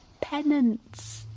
Penance